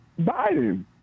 Biden